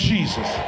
Jesus